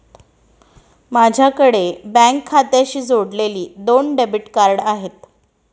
माझ्याकडे बँक खात्याशी जोडलेली दोन डेबिट कार्ड आहेत